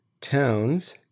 towns